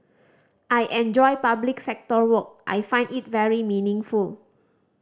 I enjoy public sector work I find it very meaningful